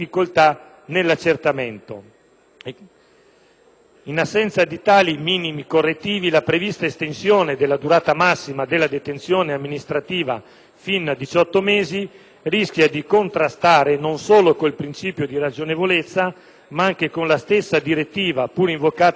In assenza di tali minimi correttivi, la prevista estensione della durata massima della detenzione amministrativa sino a 18 mesi rischia di contrastare non solo con il principio di ragionevolezza ma anche con la stessa direttiva, pur invocata dal Governo, a sostegno della modifica normativa.